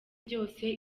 byose